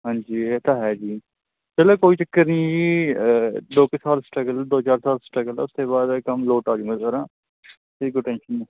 ਹਾਂਜੀ ਇਹ ਤਾਂ ਹੈ ਜੀ ਚਲੋ ਕੋਈ ਚੱਕਰ ਨਹੀਂ ਜੀ ਦੋ ਕੁ ਸਾਲ ਸਟਗਲ ਦੋ ਚਾਰ ਸਾਲ ਸਟਗਲ ਉਸ ਤੋਂ ਬਾਅਦ ਕੰਮ ਲੋਟ ਆ ਜਾਊਗਾ ਸਾਰਾ